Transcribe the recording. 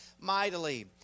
mightily